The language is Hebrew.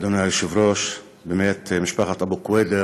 אדוני היושב-ראש, משפחת אבו קוידר,